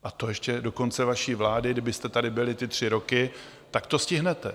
A to ještě do konce vaší vlády, kdybyste tady byli ty tři roky, tak to stihnete.